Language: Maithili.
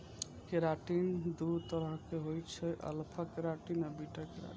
केराटिन दू तरहक होइ छै, अल्फा केराटिन आ बीटा केराटिन